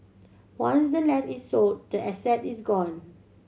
once the land is sold the asset is gone